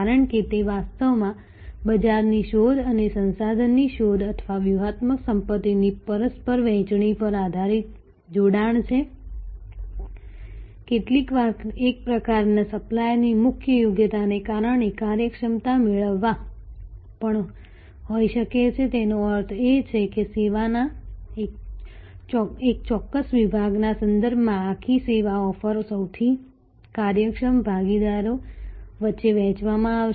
કારણ કે તે વાસ્તવમાં બજારની શોધ અને સંસાધનની શોધ અથવા વ્યૂહાત્મક સંપત્તિની પરસ્પર વહેંચણી પર આધારિત જોડાણ છે કેટલીકવાર એક પ્રકારના સપ્લાયરની મુખ્ય યોગ્યતાને કારણે કાર્યક્ષમતા મેળવવા પણ હોઈ શકે છે તેનો અર્થ એ છે કે સેવાના એક ચોક્કસ વિભાગના સંદર્ભમાં આખી સેવા ઓફર સૌથી કાર્યક્ષમ ભાગીદારો વચ્ચે વહેંચવામાં આવશે